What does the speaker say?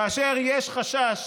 כאשר יש חשש